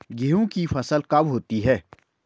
गेहूँ की फसल कब होती है?